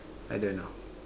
I don't know